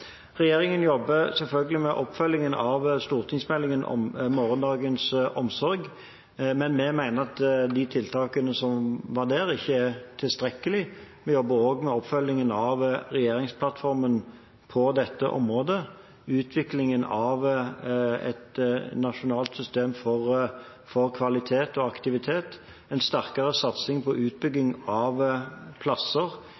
Regjeringen jobber selvfølgelig med oppfølgingen av stortingsmeldingen om morgensdagens omsorg. Men vi mener at de tiltakene som var der, ikke er tilstrekkelige. Vi jobber også med oppfølgingen av regjeringsplattformen på dette området – utviklingen av et nasjonalt system for kvalitet og aktivitet, en sterkere satsing på